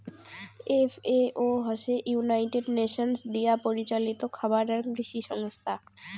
FAO হসে United Nations দিয়াপরিচালিত খাবার আর কৃষি সংস্থা